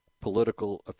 political